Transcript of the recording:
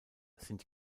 sind